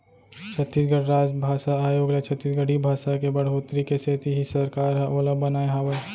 छत्तीसगढ़ राजभासा आयोग ल छत्तीसगढ़ी भासा के बड़होत्तरी के सेती ही सरकार ह ओला बनाए हावय